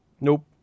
Nope